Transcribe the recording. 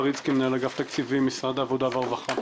אני מנהל אגף התקציבים במשרד העבודה והרווחה.